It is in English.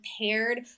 paired